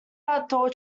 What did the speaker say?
outdoor